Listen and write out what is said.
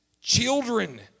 children